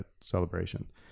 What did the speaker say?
Celebration